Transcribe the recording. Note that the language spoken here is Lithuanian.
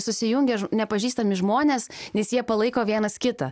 susijungia nepažįstami žmonės nes jie palaiko vienas kitą